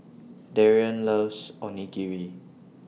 Darrien loves Onigiri